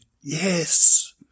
Yes